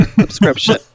subscription